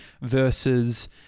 versus